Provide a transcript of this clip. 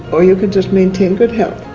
or you can just maintain good health.